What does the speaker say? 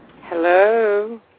Hello